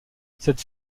cette